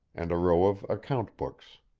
and a row of account-books.